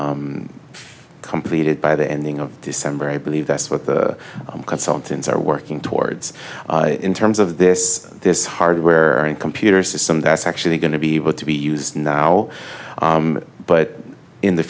be completed by the ending of december i believe that's what the consultants are working towards in terms of this this hardware and computer system that's actually going to be able to be used now but in the